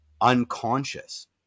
unconscious